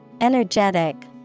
energetic